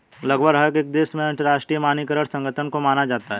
लगभग हर एक देश में अंतरराष्ट्रीय मानकीकरण संगठन को माना जाता है